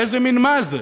איזה מין מס זה?